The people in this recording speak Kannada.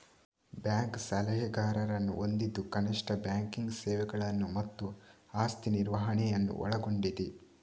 ಬ್ಯಾಂಕ್ ಸಲಹೆಗಾರರನ್ನು ಹೊಂದಿದ್ದು ಕನಿಷ್ಠ ಬ್ಯಾಂಕಿಂಗ್ ಸೇವೆಗಳನ್ನು ಮತ್ತು ಆಸ್ತಿ ನಿರ್ವಹಣೆಯನ್ನು ಒಳಗೊಂಡಿದೆ